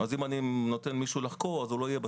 כלומר אם אני נותן למישהו לחקור אז הוא לא יהיה בשטח,